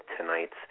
tonight's